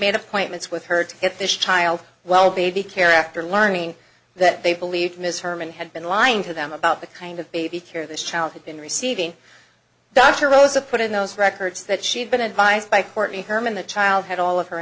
made appointments with her to get this child well baby care after learning that they believed ms herman had been lying to them about the kind of baby care this child had been receiving dr rosa put in those records that she had been advised by courtney herman the child had all of her